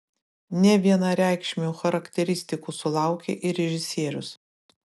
nevienareikšmių charakteristikų sulaukė ir režisierius